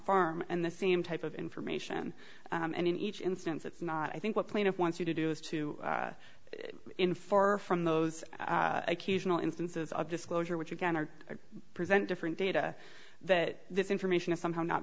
farm and the same type of information and in each instance it's not i think what plaintiff wants you to do is to in far from those occasional instances of disclosure which again are present different data that this information is somehow not